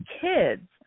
kids